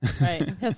Right